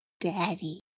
daddy